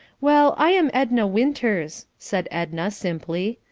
well, i am edna winters, said edna simply.